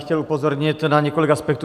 Chtěl bych upozornit na několik aspektů.